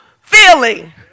feeling